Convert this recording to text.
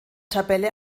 tabelle